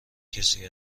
کسی